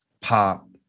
pop